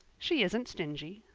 she isn't stingy.